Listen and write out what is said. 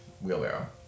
wheelbarrow